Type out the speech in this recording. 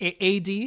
AD